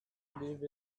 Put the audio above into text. live